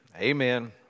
Amen